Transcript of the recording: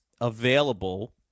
available